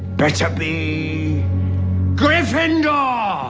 better be gryffindor ah